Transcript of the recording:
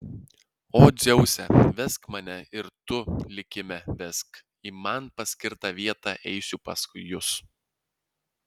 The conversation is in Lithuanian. o dzeuse vesk mane ir tu likime vesk į man paskirtą vietą eisiu paskui jus